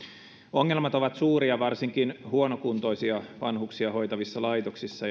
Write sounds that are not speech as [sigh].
ongelmat ovat suuria varsinkin huonokuntoisia vanhuksia hoitavissa laitoksissa [unintelligible]